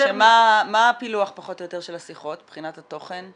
מה הפילוח פחות או יותר של השיחות מבחינת התוכן?